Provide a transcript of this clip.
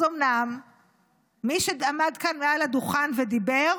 אז אומנם מי שעמד כאן מעל הדוכן ודיבר